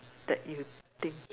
that you think